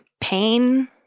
pain